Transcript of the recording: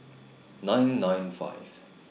nine nine five